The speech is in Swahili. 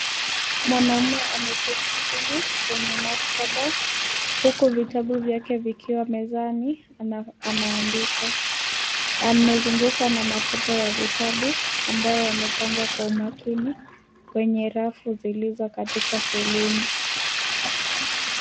Mwanaume ameketi chini kwenye maktaba huku vitabu vyake vikiwa mezani na anaandika. Amezungukwa na matope ya vitabu ambayo yamepangwa kwa umakini kwneye rafu zilizo katika foleni.